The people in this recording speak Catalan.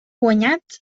guanyat